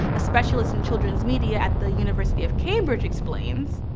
a specialist in children's media at the university of cambridge, explains,